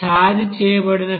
charge చేయబడిన carbon 20